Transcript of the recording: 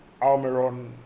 Almeron